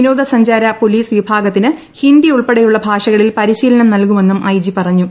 വിനോദസഞ്ചാര പൊലീസ് വിഭാഗത്തിന് ഹിന്ദി ഉൾപ്പെടെയുള്ള ഭാഷകളിൽ പരിശീലനം നൽകുമെന്നും ഐ ജി പറഞ്ഞു